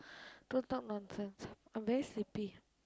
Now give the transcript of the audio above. don't talk nonsense I'm very sleepy